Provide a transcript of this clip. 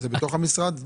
זה בתוך המשרד.